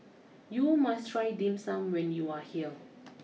you must try Dim Sum when you are here